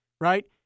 right